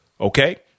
Okay